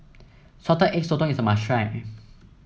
Salted Egg Sotong is a must try